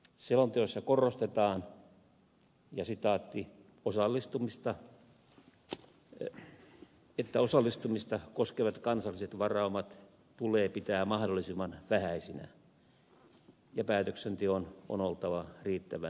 selonteossa korostetaan että osallistumista koskevat kansalliset varaumat tulee pitää mahdollisimman vähäisinä ja päätöksenteon on oltava riittävän tehokasta